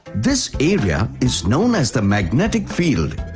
this area is known as the magnetic field.